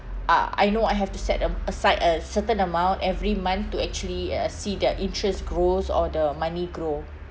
uh I know I have to set am~ aside a certain amount every month to actually uh see that interest grows or the money grow